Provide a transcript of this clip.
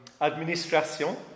administration